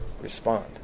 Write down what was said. respond